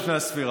השנייה,